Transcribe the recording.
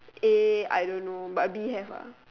A I don't know but B have ah